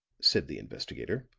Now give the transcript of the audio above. said the investigator.